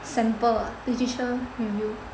sample ah literature review